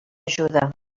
ajuda